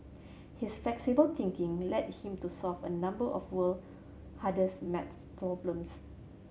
his flexible thinking led him to solve a number of world hardest maths problems